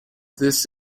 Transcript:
this